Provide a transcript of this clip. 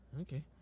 Okay